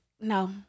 No